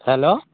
hello